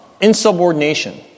insubordination